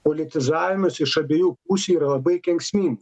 politizavimas iš abiejų pusių yra labai kenksminga